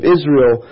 Israel